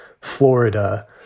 Florida